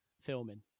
filming